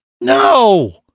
No